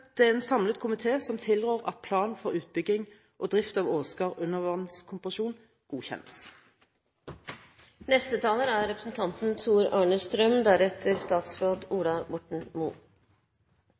Det er en samlet komité som tilrår at plan for utbygging og drift av Åsgard undervannskompresjon godkjennes.